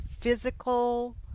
physical